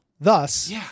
Thus